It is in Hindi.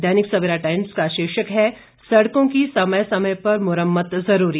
दैनिक सवेरा टाइम्स का शीर्षक है सड़कों की समय समय पर मुरम्मत जरूरी